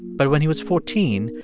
but when he was fourteen,